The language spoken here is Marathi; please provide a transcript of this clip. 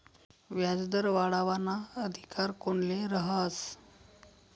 व्याजदर वाढावाना अधिकार कोनले रहास?